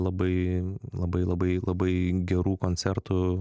labai labai labai labai gerų koncertų